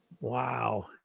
Wow